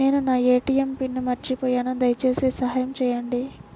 నేను నా ATM pin మర్చిపోయాను దయచేసి సహాయం చేయండి